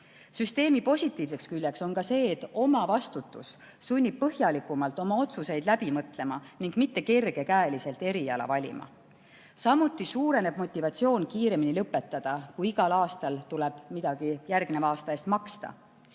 Süsteemi positiivne külg on ka see, et omavastutus sunnib põhjalikumalt oma otsuseid läbi mõtlema ega lase kergekäeliselt eriala valida. Samuti suureneb motivatsioon kiiremini lõpetada, kui igal aastal tuleb midagi järgmise aasta eest maksta.